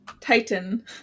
titan